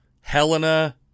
Helena